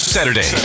Saturday